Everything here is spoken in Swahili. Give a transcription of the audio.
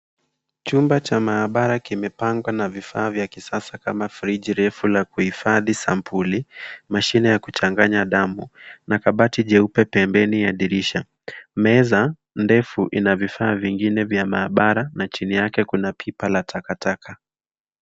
Chumba cha maabara kimepangwa na vifaa vya kisasa kama vile friji refu la kuhifadhi sampuli, mashine ya kuchanganya damu na kabati jeupe pembeni ya dirisha. Meza ndefu ina vifaa vingine vya maabara na chini yake kuna pipa la takataka.